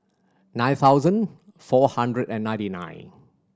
nine thousand four hundred and ninety nine